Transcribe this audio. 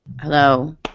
hello